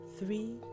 three